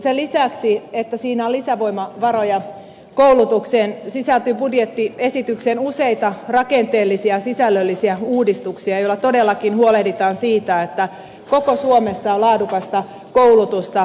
sen lisäksi että siinä on lisävoimavaroja koulutukseen sisältyy budjettiesitykseen useita rakenteellisia sisällöllisiä uudistuksia joilla todellakin huolehditaan siitä että koko suomessa on laadukasta koulutusta